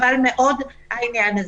חבל מאוד העניין הזה.